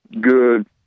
good